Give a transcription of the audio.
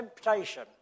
temptation